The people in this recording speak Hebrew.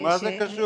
מה זה קשור?